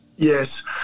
Yes